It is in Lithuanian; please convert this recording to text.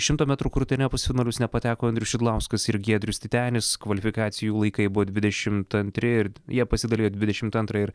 šimto metrų krūtine pusfinalius nepateko andrius šidlauskas ir giedrius titenis kvalifikacijų laikai buvo dvidešimt antri ir jie pasidalijo dvidešimt antrą ir